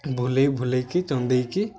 ଭୁଲେଇ ଭୁଲେଇକି ଚନ୍ଦେଇକି